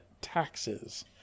taxes